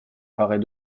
paraît